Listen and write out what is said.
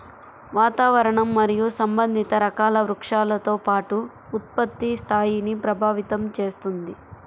వాతావరణం మరియు సంబంధిత రకాల వృక్షాలతో పాటు ఉత్పత్తి స్థాయిని ప్రభావితం చేస్తుంది